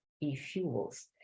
e-fuels